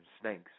snakes